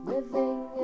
Living